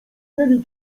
mieli